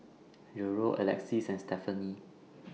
Gerold Alexys and Stefani